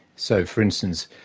so, for instance,